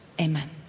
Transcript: Amen